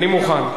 אני מוכן.